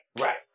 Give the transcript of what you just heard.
Right